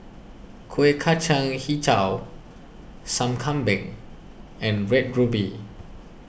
Kueh Kacang HiJau Sup Kambing and Red Ruby